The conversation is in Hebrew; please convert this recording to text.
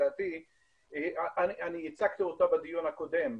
אני הצגתי אותה בדיון הקודם,